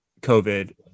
COVID